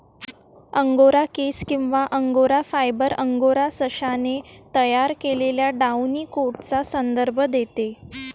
angora केस किंवा angora fibre, angora सशाने तयार केलेल्या डाउनी कोटचा संदर्भ देते